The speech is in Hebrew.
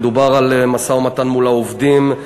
מדובר על משא-ומתן מול העובדים,